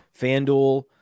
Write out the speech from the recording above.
FanDuel